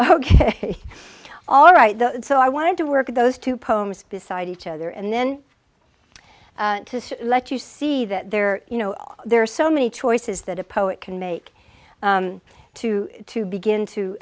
ok all right so i wanted to work those two poems beside each other and then let you see that there you know there are so many choices that a poet can make to to begin to